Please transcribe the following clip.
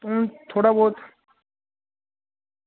हून थोह्ड़ा बोह्त